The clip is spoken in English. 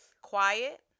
Quiet